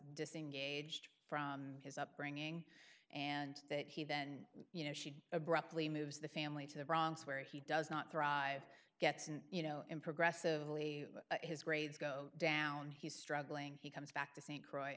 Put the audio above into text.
disengaged from his upbringing and that he then you know she abruptly moves the family to the bronx where he does not thrive gets in you know in progressive leave his grades go down he's struggling he comes back to st croix